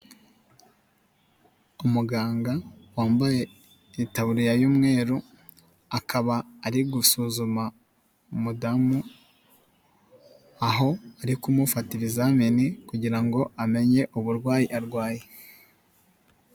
Umuganga wambaye itaburiya y'umweru akaba ari gusuzuma umudamu aho ari kumufata ibizamini kugira ngo amenye uburwayi arwaye.